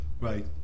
Right